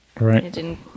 Right